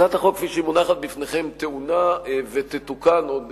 הצעת החוק כפי שהיא מונחת בפניכם טעונה ותתוקן עוד